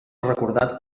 recordat